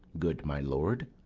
good my lord.